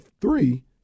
three